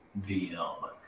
VM